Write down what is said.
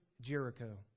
Jericho